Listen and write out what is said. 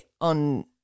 on